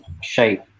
shape